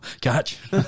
Catch